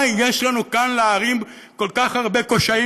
מה יש לנו להערים כל כך הרבה קשיים